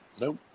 Nope